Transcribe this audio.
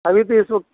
अभी भी इस वक़्त